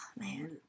man